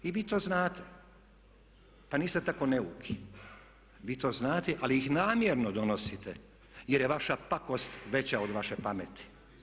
I vi to znate, pa niste tako neuki, vi to znate ali ih namjerno donosite jer je vaša pakost veća od vaše pameti.